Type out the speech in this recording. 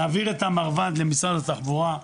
להעביר את המרב"ד למשרד התחבורה,